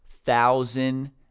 thousand